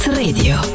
radio